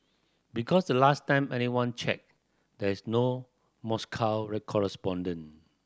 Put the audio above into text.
because the last time anyone checked there is no Moscow correspondent